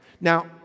Now